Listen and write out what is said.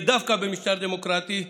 ודווקא במשטר דמוקרטי,